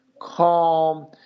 calm